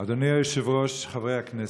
אדוני היושב-ראש, חברי הכנסת,